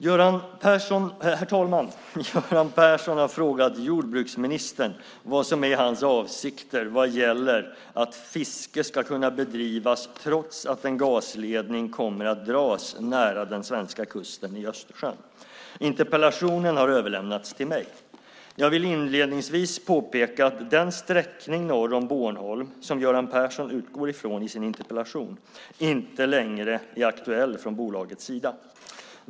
Herr talman! Göran Persson har frågat jordbruksministern vad som är hans avsikter vad gäller att fiske ska kunna bedrivas trots att en gasledning kommer att dras nära den svenska kusten i Östersjön. Interpellationen har överlämnats till mig. Jag vill inledningsvis påpeka att den sträckning norr om Bornholm som Göran Persson utgår ifrån i sin interpellation inte längre är aktuell från bolagets sida.